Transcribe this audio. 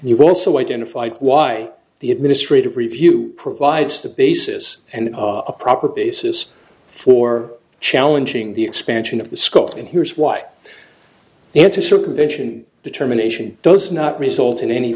will also identified why the administrative review provides the basis and a proper basis for challenging the expansion of the scope and here's why into circumvention determination does not result in any